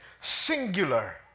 singular